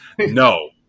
no